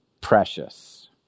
precious